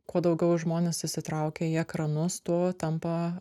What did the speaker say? kuo daugiau žmonės įsitraukia į ekranus tuo tampa